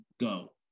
go